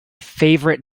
favourite